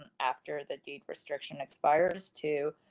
and after the deed restriction expires to.